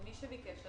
ומי שביקש,